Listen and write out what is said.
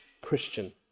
christian